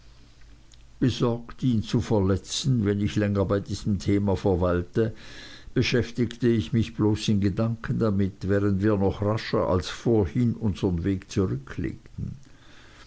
besorgt ihn zu verletzen wenn ich länger bei diesem thema verweilte beschäftigte ich mich bloß in gedanken damit während wir noch rascher als vorhin unsern weg zurücklegten